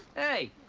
hey,